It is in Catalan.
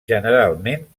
generalment